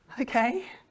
Okay